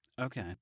Okay